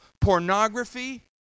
pornography